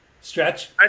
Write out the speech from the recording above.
stretch